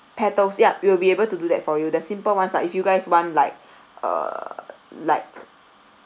petals yup we'll be able to do that for you the simple ones lah if you guys want like uh like